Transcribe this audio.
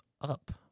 up